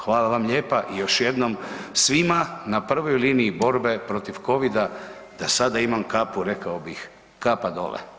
Hvala vam lijepa i još jednom svima na prvoj liniji borbe protiv Covida da sada imam kapu, rekao bih, kapa dole.